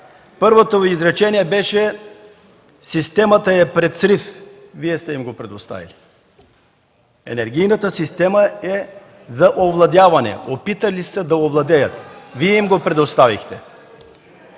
Първото Ви изречение беше „Системата е пред срив” – Вие сте им го предоставили. Енергийната система е за овладяване. Опитали са да я овладеят. Вие им го предоставихте.